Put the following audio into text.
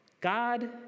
God